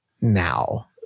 now